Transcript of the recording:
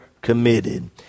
committed